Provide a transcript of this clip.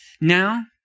Now